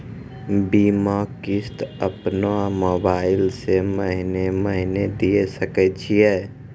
बीमा किस्त अपनो मोबाइल से महीने महीने दिए सकय छियै?